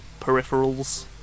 peripherals